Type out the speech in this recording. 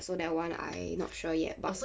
so that one I not sure yet but